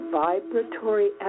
vibratory